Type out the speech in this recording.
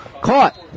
Caught